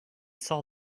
saw